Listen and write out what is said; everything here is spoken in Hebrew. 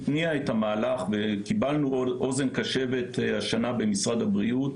התניע את המהלך וקיבלנו אוזן קשבת השנה במשרד הבריאות,